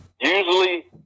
usually